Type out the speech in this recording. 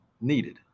needed